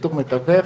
שיטור מתווך,